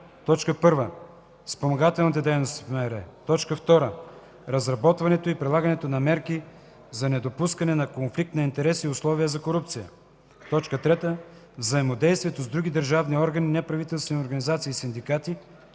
1. спомагателните дейности в МВР; 2. разработването и прилагането на мерки за недопускане на конфликт на интереси и условия за корупция; 3. взаимодействието с други държавни органи, неправителствени организации и синдикати.